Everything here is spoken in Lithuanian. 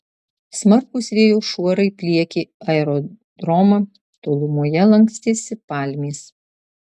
smarkūs vėjo šuorai pliekė aerodromą tolumoje lankstėsi palmės